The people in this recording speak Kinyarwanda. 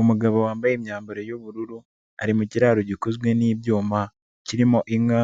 Umugabo wambaye imyambaro y'ubururu ari mu kiraro gikozwe n'ibyuma kirimo inka